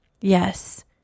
Yes